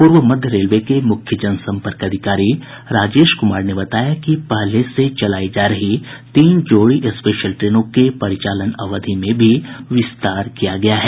पूर्व मध्य रेलवे के मुख्य जनसम्पर्क अधिकारी राजेश कुमार ने बताया कि पहले से चलाई जा रही तीन जोड़ी स्पेशल ट्रेनों के परिचालन अवधि में भी विस्तार किया गया है